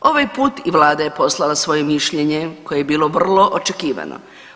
Ovaj put i Vlada je poslala svoje mišljenje koje je bilo vrlo očekivano.